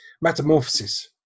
metamorphosis